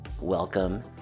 Welcome